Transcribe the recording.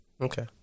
Okay